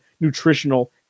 nutritional